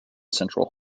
central